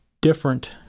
different